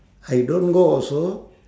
I don't go also